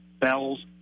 Bells